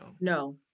no